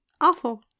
Awful